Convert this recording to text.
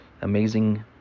amazing